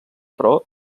però